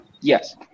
Yes